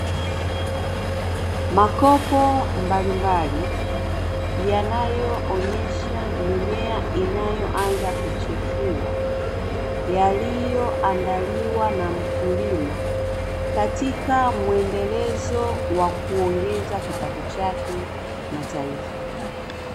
Makopo mbalimbali yanayoonesha mimea inayoanza kuchipua, yaliyoandaliwa na mkulima katika mwendelezo wa kuongeza kipato chake na taifa.